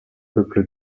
peuple